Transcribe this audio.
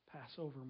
Passover